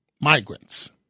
Migrants